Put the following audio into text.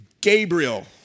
Gabriel